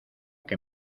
que